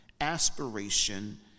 aspiration